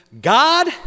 God